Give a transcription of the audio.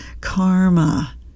karma